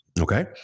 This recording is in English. okay